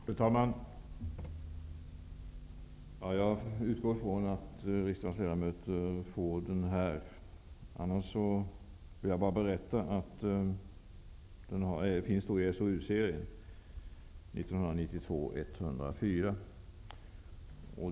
Fru talman! Jag utgår från att riksdagens ledamöter får den här skriften. Annars kan jag berätta att den finns i SOU-serien och har nummer 1992:104.